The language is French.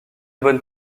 bonnes